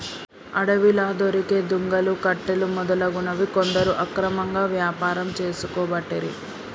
అడవిలా దొరికే దుంగలు, కట్టెలు మొదలగునవి కొందరు అక్రమంగా వ్యాపారం చేసుకోబట్టిరి